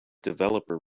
developer